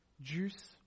juice